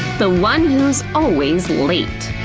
the one who's always late